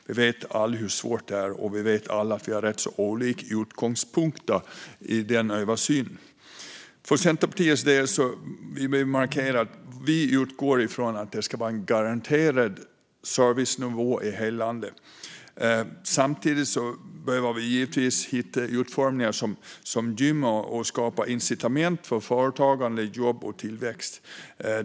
Vi vet alla hur svårt det är, och vi vet alla att vi har rätt olika utgångspunkter i den översynen. Vi i Centerpartiet vill markera att vi utgår från att det ska finnas en garanterad servicenivå i hela landet. Samtidigt behöver vi givetvis hitta utformningar som gynnar och skapar incitament för företagande, jobb och tillväxt.